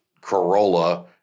Corolla